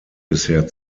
bisher